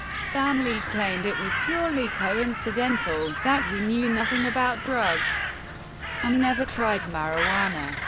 stan lee claimed it was purely coincidental, that he knew nothing about drugs and never tried marijuana.